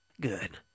Good